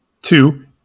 Two